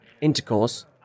intercourse